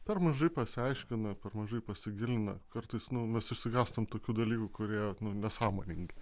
per mažai pasiaiškina per mažai pasigilina kartais nu mes išsigąstam tokių dalykų kurie nu nesąmoningi